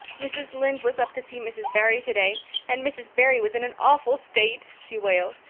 mrs. lynde was up to see mrs. barry today and mrs. barry was in an awful state, she wailed.